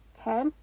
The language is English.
okay